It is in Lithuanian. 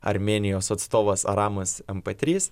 armėnijos atstovas aramas mp trys